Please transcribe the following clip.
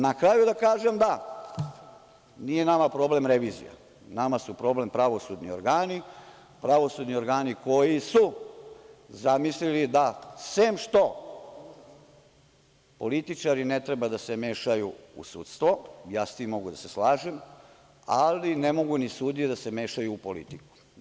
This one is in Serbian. Na kraju da kažem, da nije nama problem revizija, nama su problem pravosudni organi, pravosudni organi koji su zamislili da sem što političari ne trebaju da se mešaju u sudstvo, ja s tim mogu da se slažem, ali ne mogu ni sudije da se mešaju u politiku.